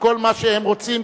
וכל מה שהם רוצים,